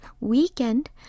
Weekend